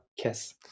kiss